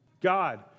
God